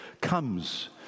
comes